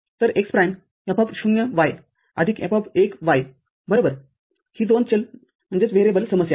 तर x prime F0y आदिक x F१y बरोबर ही दोन चल समस्या आहे